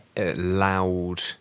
loud